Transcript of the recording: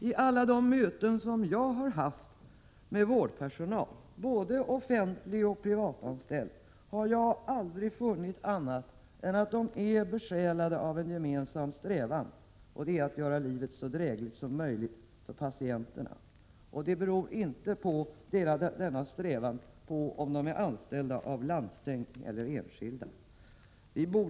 I alla de möten jag har haft med vårdpersonal, både offentligoch privatanställd, har jag aldrig funnit annat än att de alla är besjälade av en gemensam strävan, nämligen att göra livet så drägligt som möjligt för patienterna. Denna deras strävan beror inte på om de är anställda av landsting eller av en enskild arbetsgivare.